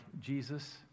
Jesus